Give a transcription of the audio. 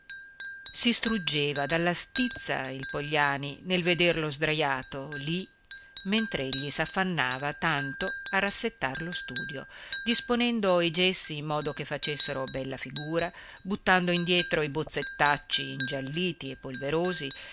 si struggeva dalla stizza il pogliani nel vederlo sdrajato lì mentr'egli s'affannava tanto a rassettar lo studio disponendo i gessi in modo che facessero bella figura buttando indietro i bozzettacci ingialliti e polverosi